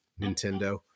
Nintendo